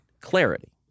clarity